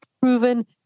Proven